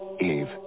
Eve